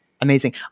amazing